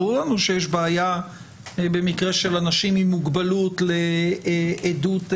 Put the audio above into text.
ברור לנו שיש בעיה במקרה של אנשים עם מוגבלות לעדות שלהם.